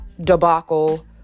debacle